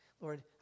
Lord